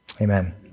Amen